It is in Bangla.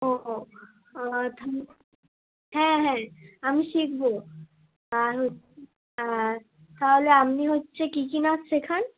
ও ও হ্যাঁ হ্যাঁ আমি শিখব তাহলে আপনি হচ্ছে কী কী নাচ শেখান